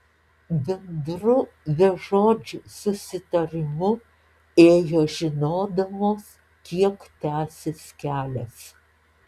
bendru bežodžiu susitarimu ėjo žinodamos kiek tęsis kelias